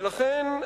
ולכן,